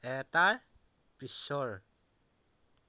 এটাৰ পিছৰ